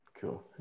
Cool